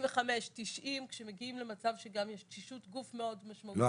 85-90 כשמגיעים למצב שגם יש תשישות גוף מאוד משמעותית --- לא,